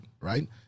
Right